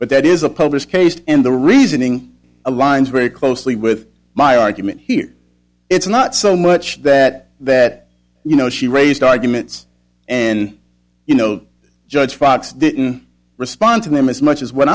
but that is a published case and the reasoning aligns very closely with my argument here it's not so much that that you know she raised arguments and you know judge fox didn't respond to them as much as what